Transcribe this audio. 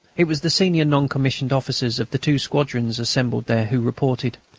it was the senior non-commissioned officers of the two squadrons assembled there who reported.